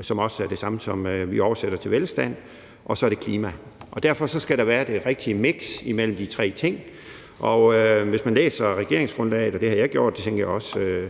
som også er det samme, som vi oversætter til velstand, og det tredje er klima. Derfor skal der være det rigtige miks mellem de tre ting. Og hvis man læser regeringsgrundlaget, og det har jeg gjort, og det tænker jeg også